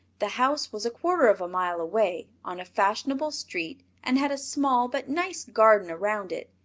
the house was a quarter of a mile away, on a fashionable street and had a small but nice garden around it,